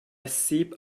sip